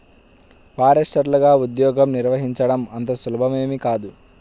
ఫారెస్టర్లగా ఉద్యోగం నిర్వహించడం అంత సులభమేమీ కాదు